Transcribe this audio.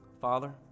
Father